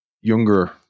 younger